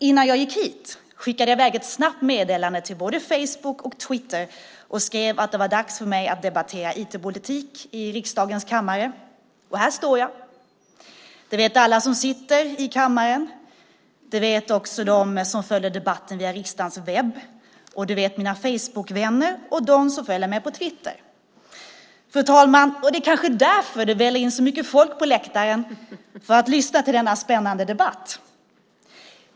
Innan jag gick hit skickade jag iväg ett snabbt meddelande till både Facebook och Twitter och skrev att det var dags för mig att debattera IT-politik i riksdagens kammare. Och här står jag. Det vet alla som sitter i kammaren. Det vet också de som följer debatten via riksdagens webb, och det vet mina Facebookvänner och de som följer mig på Twitter. Fru talman! Det kanske är därför det väller in så mycket folk på läktaren för att lyssna till denna spännande debatt.